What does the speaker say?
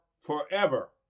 forever